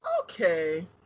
Okay